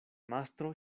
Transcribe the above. mastro